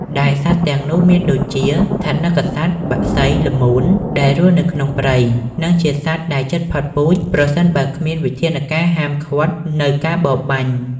ដែលសត្វទាំងនោះមានដូចជា ថនិកសត្វ បក្សី ល្មូនដែលរស់នៅក្នុងព្រៃ និងជាសត្វដែលជិតផុតពូជ ប្រសិនបើគ្មានវិធានការហាមឃាត់នៅការបរបាញ់។